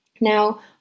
Now